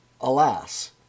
alas